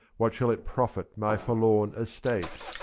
what shall it profit my forlorn estate?